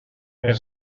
per